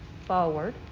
forward